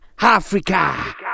Africa